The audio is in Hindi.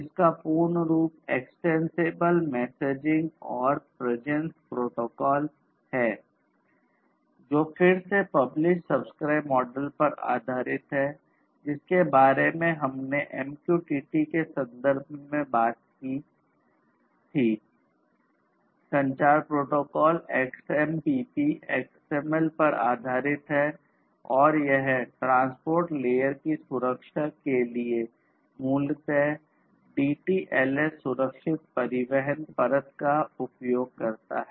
इसका पूर्ण रूप एक्स्टेंसिबल मैसेजिंग का उपयोग करता है